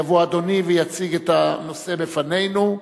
יבוא אדוני ויציג את הנושא בפנינו.